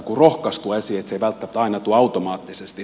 se ei välttämättä aina tule automaattisesti